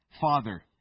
Father